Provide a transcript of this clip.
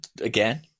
again